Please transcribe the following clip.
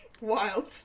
wild